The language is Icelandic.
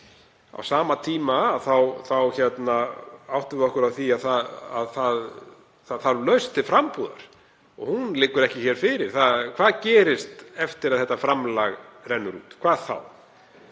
Á sama tíma áttum við okkur á því að það þarf lausn til frambúðar. Hún liggur ekki fyrir. Hvað gerist eftir að þetta framlag rennur út? Hvað þá?